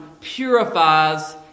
purifies